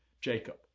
Jacob